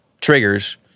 triggers